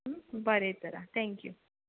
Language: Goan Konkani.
बरें तर आ थँक्यू